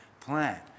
plan